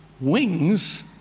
Wings